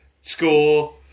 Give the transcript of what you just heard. score